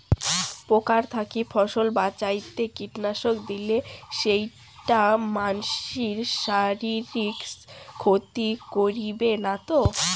পোকার থাকি ফসল বাঁচাইতে কীটনাশক দিলে সেইটা মানসির শারীরিক ক্ষতি করিবে না তো?